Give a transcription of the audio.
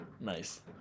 Nice